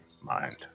mind